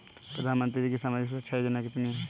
प्रधानमंत्री की सामाजिक सुरक्षा योजनाएँ कितनी हैं?